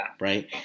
Right